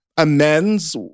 amends